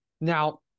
Now